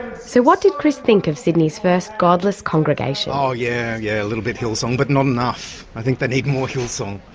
so what did chris think of sydney's first godless congregation? yeah yeah, a little bit hillsong, but not enough, i think they need more hillsong.